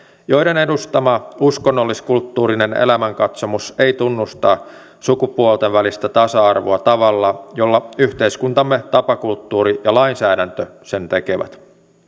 joiden edustama uskonnollis kulttuurinen elämänkatsomus ei tunnusta sukupuolten välistä tasa arvoa tavalla jolla yhteiskuntamme tapakulttuuri ja lainsäädäntö sen tekevät